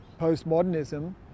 postmodernism